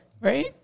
Right